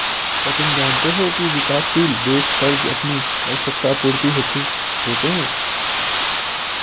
क्या तुम जानते हो की विकासशील देश कर्ज़ अपनी आवश्यकता आपूर्ति हेतु लेते हैं?